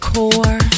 Core